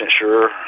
sure